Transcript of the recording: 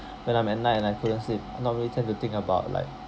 when I'm at night and I couldn't sleep normally tend to think about like